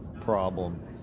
problem